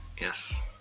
yes